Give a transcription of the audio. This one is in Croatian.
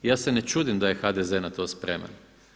Ja se ne čudim da je HDZ na to spreman.